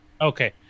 Okay